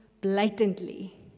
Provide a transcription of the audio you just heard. blatantly